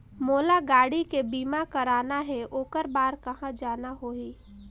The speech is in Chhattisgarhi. मोला गाड़ी के बीमा कराना हे ओकर बार कहा जाना होही?